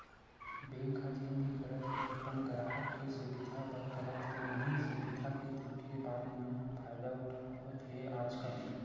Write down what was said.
bank ह जेन भी करत हे अपन गराहक के सुबिधा बर करत हे, इहीं सुबिधा के धोखेबाज मन ह फायदा उठावत हे आजकल